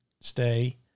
stay